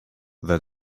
that